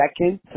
second